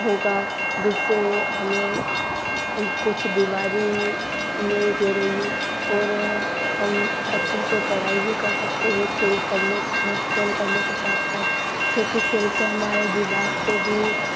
होगा जिससे हमें कुछ बीमारी नहीं घेरेगी और हम अच्छे से पढ़ाई भी कर सकते हैं खेल करने खेल करने के साथ साथ क्योंकि खेल से हमारा दिमाग पर भी